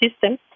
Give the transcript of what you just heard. system